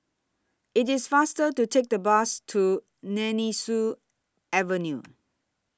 IT IS faster to Take The Bus to Nemesu Avenue